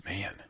Man